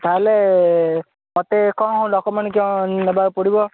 ତାହେଲେ ମତେ କଣ ଡକୁମେଣ୍ଟ କଣ ନବାକୁ ପଡ଼ିବ